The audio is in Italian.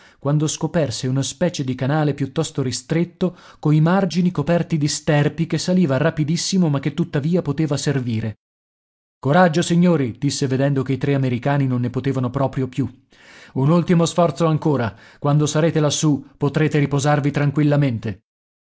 quando scoperse una specie di canale piuttosto ristretto coi margini coperti di sterpi che saliva rapidissimo ma che tuttavia poteva servire coraggio signori disse vedendo che i tre americani non ne potevano proprio più un ultimo sforzo ancora quando sarete lassù potrete riposarvi tranquillamente